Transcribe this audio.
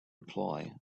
reply